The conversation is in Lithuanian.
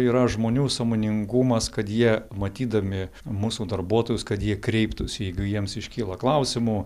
yra žmonių sąmoningumas kad jie matydami mūsų darbuotojus kad jie kreiptųsi jeigu jiems iškyla klausimų